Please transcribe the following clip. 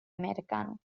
americano